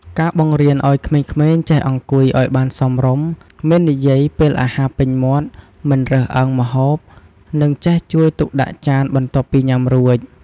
ការបង្រៀនឲ្យក្មេងៗចេះអង្គុយឲ្យបានសមរម្យ មិននិយាយពេលអាហារពេញមាត់ មិនរើសអើងម្ហូប និងចេះជួយទុកដាក់ចានបន្ទាប់ពីញ៉ាំរួច។